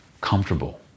comfortable